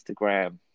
Instagram